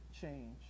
change